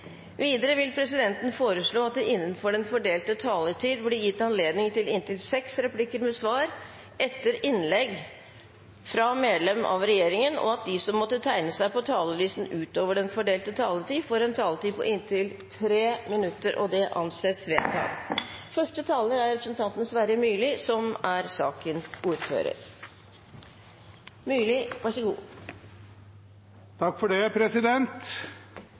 Videre vil presidenten foreslå at det – innenfor den fordelte taletid – blir gitt anledning til inntil seks replikker med svar etter innlegg fra medlem av regjeringen, og at de som måtte tegne seg på talerlisten utover den fordelte taletid, får en taletid på inntil 3 minutter. – Det anses vedtatt. Vi skriver april, og da kommer tradisjonelt de store, tunge og politisk viktige sakene til behandling i Stortinget. Derfor er det